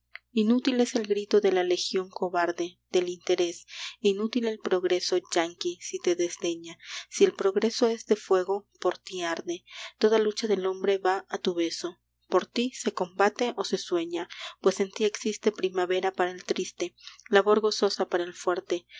es el grito de la legión cobarde del interés inútil el progreso yankee si te desdeña si el progreso es de fuego por ti arde toda lucha del hombre va a tu beso por ti se combate o se sueña pues en ti existe primavera para el triste labor gozosa para el fuerte